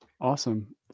Awesome